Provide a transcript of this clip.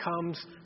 comes